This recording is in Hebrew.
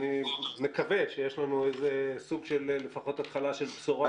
אני מקווה שיש לנו סוג של התחלה של בשורה.